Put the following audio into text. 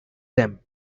them